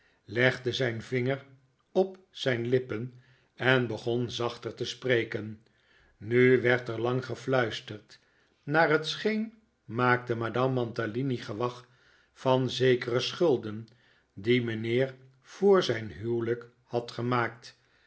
legde zijn vinger op zijn lippen en begon zachter te spreken nu werd er lang gefluisterd naar het scheen maakte madame mantalini gewag van zekere schulden die mijnheer voor zijn huwelijk had gemaakt